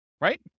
right